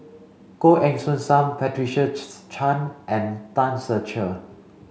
Goh Eng Soon Sam Patricia Chan and Tan Ser Cher